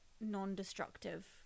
non-destructive